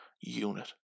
unit